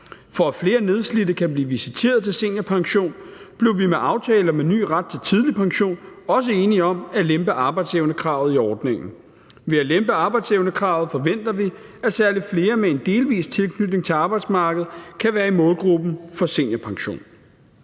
For at flere nedslidte kan blive visiteret til seniorpension, blev vi i aftalen om en ny ret til tidlig pension også enige om at lempe arbejdsevnekravet i ordningen. Ved at lempe arbejdsevnekravet forventer vi, at særlig flere med en delvis tilknytning til arbejdsmarkedet kan være i målgruppen for seniorpension.